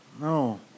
No